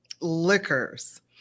liquors